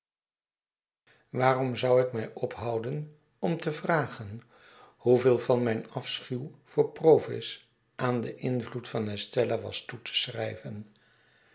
waarom zou ik mij ophouden om te vragen hoeveel van mijn afschuw voor provis aan den invloed van esteila was toe te schrijven